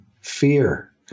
fear